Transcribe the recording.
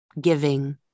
giving